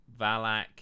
Valak